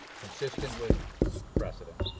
consistent with precedent,